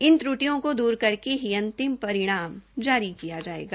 इन त्र्टियों को दूर करके ही अंतिम परिणाम जारी किया जायेगा